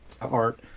art